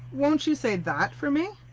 won't you say that for me?